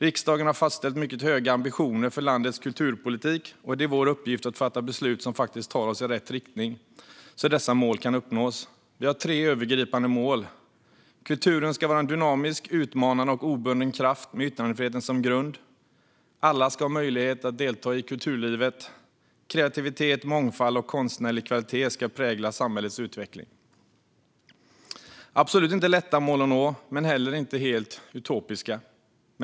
Riksdagen har fastställt mycket höga ambitioner för landets kulturpolitik, och det är vår uppgift att fatta beslut som tar oss i rätt riktning, så att dessa mål kan uppnås. Vi har tre övergripande mål: Kulturen ska vara en dynamisk, utmanande och obunden kraft med yttrandefriheten som grund. Alla ska ha möjlighet att delta i kulturlivet. Kreativitet, mångfald och konstnärlig kvalitet ska prägla samhällets utveckling. Det är absolut inte lätta mål att nå, men de är heller inte helt utopiska.